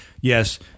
yes